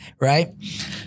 Right